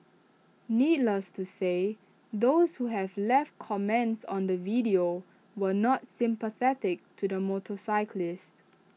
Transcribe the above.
needless to say those who have left comments on the video were not sympathetic to the motorcyclist